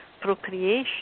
procreation